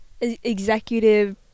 executive